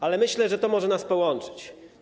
Ale myślę, że to może nas połączyć.